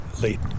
late